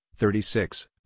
36